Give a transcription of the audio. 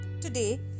Today